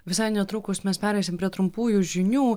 visai netrukus mes pereisim prie trumpųjų žinių